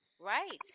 Right